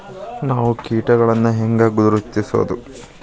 ನಾವ್ ಕೇಟಗೊಳ್ನ ಹ್ಯಾಂಗ್ ಗುರುತಿಸೋದು?